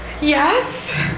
yes